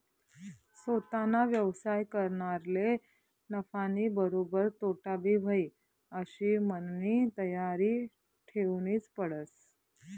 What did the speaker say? सोताना व्यवसाय करनारले नफानीबरोबर तोटाबी व्हयी आशी मननी तयारी ठेवनीच पडस